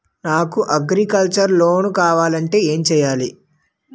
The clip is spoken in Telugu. నాకు అగ్రికల్చర్ కి లోన్ కావాలంటే ఏం చేయాలి?